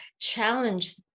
challenge